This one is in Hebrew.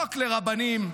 חוק לרבנים.